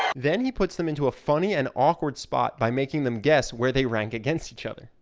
then he puts them into a funny and awkward spot by making them guess where they rank against each other.